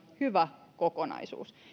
hyvä kokonaisuus